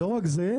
לא רק זה,